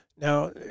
Now